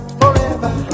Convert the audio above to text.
forever